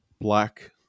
black